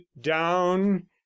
down